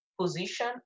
position